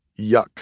yuck